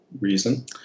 reason